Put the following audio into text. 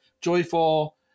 joyful